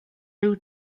ryw